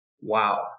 Wow